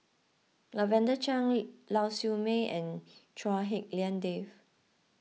Lavender Chang Lau Siew Mei and Chua Hak Lien Dave